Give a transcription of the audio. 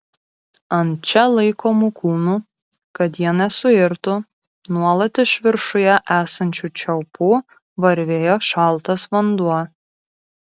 ant čia laikomų kūnų kad jie nesuirtų nuolat iš viršuje esančių čiaupų varvėjo šaltas vanduo